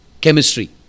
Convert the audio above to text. chemistry